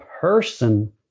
person